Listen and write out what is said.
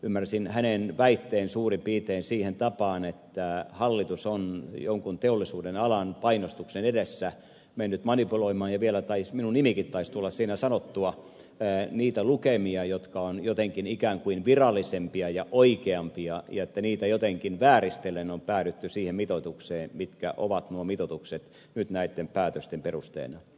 ymmärsin hänen väitteensä suurin piirtein siihen tapaan että hallitus on jonkin teollisuuden alan painostuksen edessä mennyt manipuloimaan ja vielä taisi minun nimenikin tulla siinä sanottua niitä lukemia jotka ovat jotenkin ikään kuin virallisempia ja oikeampia ja että niitä jotenkin vääristellen on päädytty siihen mitkä ovat nuo mitoitukset nyt näitten päätösten perusteena